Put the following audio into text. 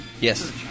Yes